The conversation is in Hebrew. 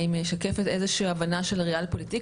היא משקפת איזושהי הבנה של ריאל פוליטיק,